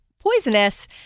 poisonous